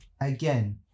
again